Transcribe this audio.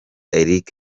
eric